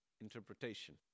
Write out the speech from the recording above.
interpretation